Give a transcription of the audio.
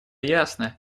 ясно